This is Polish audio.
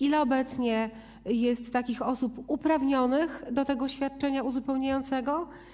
Ile obecnie jest takich osób uprawnionych do tego świadczenia uzupełniającego?